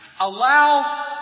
allow